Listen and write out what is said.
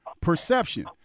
perception